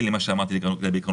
היות ששם אנחנו